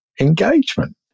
engagement